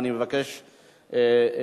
אני מבקש מאוד.